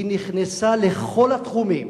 היא נכנסה לכל התחומים